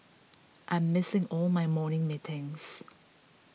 I'm missing all my morning meetings